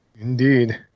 Indeed